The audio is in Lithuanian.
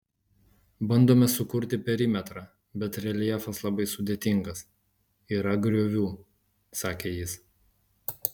bandome sukurti perimetrą bet reljefas labai sudėtingas yra griovų sakė jis